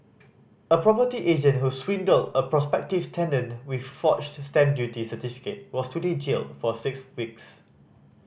a property agent who swindled a prospective tenant with a forged stamp duty certificate was today jailed for six weeks